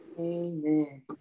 Amen